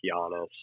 Giannis